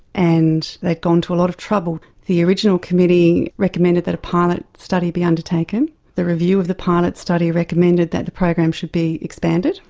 and they'd gone to a lot of trouble. the original committee recommended that a pilot study be undertaken the review of the pilot study recommended that the program should be expanded,